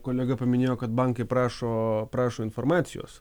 kolega paminėjo kad bankai prašo prašo informacijos